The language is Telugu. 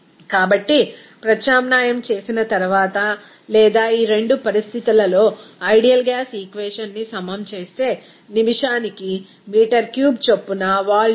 కాబట్టి ప్రత్యామ్నాయం చేసిన తర్వాత లేదా ఈ రెండు పరిస్థితులలో ఐడియల్ గ్యాస్ ఈక్వేషన్ ని సమం చేస్తే నిమిషానికి మీటర్ క్యూబ్ చొప్పున వాల్యూమ్ 130